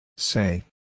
Say